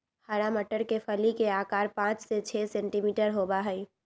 हरा मटर के फली के आकार पाँच से छे सेंटीमीटर होबा हई